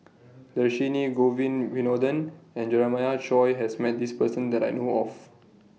Dhershini Govin Winodan and Jeremiah Choy has Met This Person that I know of